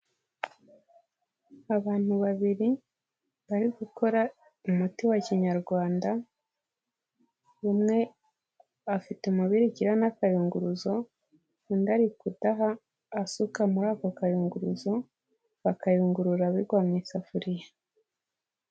Abantu babiri bari gukora umuti wa kinyarwanda umwe afite umubirikira n'akayunguruzo, undi ari kudaha asuka muri ako kayunguruzo akayungurura bigwa mu isafuriya.